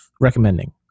recommending